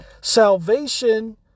salvation